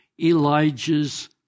Elijah's